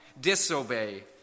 disobey